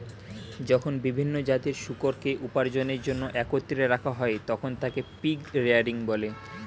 যখন বিভিন্ন জাতের শূকরকে উপার্জনের জন্য একত্রে রাখা হয়, তখন তাকে পিগ রেয়ারিং বলে